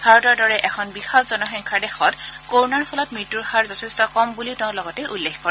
ভাৰতৰ দৰে এখন বিশাল জনসংখ্যাৰ দেশত কৰণাৰ ফলত মৃত্যূৰ হাৰ যথেষ্ট কম বুলিও তেওঁ লগতে উল্লেখ কৰে